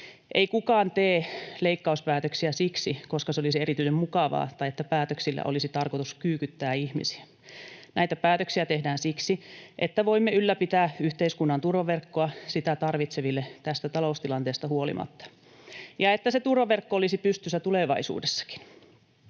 Ei kukaan tee leikkauspäätöksiä siksi, että se olisi erityisen mukavaa tai että päätöksillä olisi tarkoitus kyykyttää ihmisiä. Näitä päätöksiä tehdään siksi, että voimme ylläpitää yhteiskunnan turvaverkkoa sitä tarvitseville tästä taloustilanteesta huolimatta ja että se turvaverkko olisi pystyssä tulevaisuudessakin.